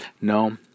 No